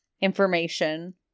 information